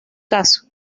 caso